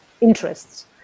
interests